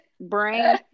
bring